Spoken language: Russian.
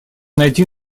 найти